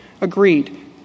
agreed